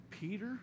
Peter